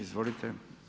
Izvolite.